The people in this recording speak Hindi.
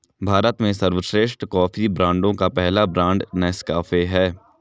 भारत में सर्वश्रेष्ठ कॉफी ब्रांडों का पहला ब्रांड नेस्काफे है